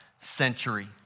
century